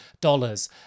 dollars